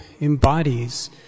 embodies